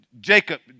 Jacob